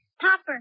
Popper